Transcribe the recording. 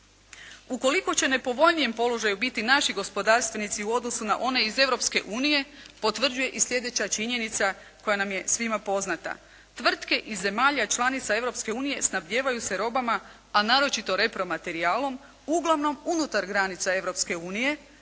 Ukoliko će u nepovoljnijem položaju biti naši gospodarstvenici u odnosu na one iz Europske unije potvrđuje i sljedeća činjenica koja nam je svima poznata. Tvrtke iz zemalja članica Europske unije snabdijevaju se robama a naročito repromaterijalom uglavnom unutar granica